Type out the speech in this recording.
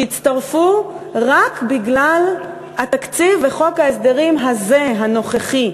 שיצטרפו רק בגלל התקציב וחוק ההסדרים הזה, הנוכחי,